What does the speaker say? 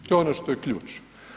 To je ono što je ključ.